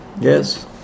Yes